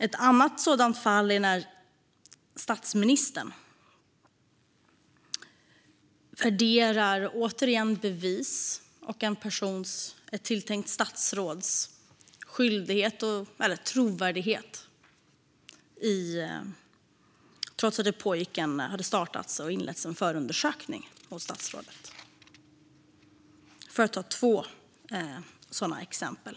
Ett annat fall är när statsministern värderade bevis och ett tilltänkt statsråds trovärdighet, trots att det hade inletts en förundersökning om statsrådet. Detta var två sådana exempel.